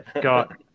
got